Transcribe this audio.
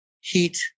heat